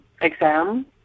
exam